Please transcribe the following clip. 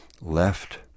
left